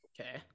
Okay